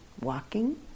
walking